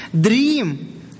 dream